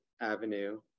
Avenue